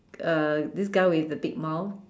uh this guy with the big mouth